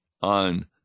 on